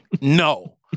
no